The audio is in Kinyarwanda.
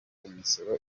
imisoro